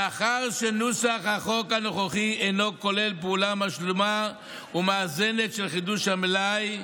מאחר שנוסח החוק הנוכחי אינו כולל פעולה משלימה ומאזנת של חידוש המלאי,